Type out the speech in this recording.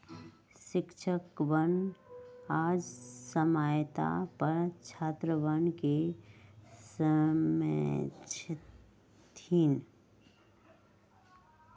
शिक्षकवन आज साम्यता पर छात्रवन के समझय थिन